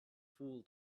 fool